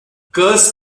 curse